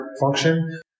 function